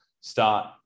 start